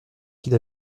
qu’il